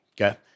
Okay